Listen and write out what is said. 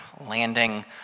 landing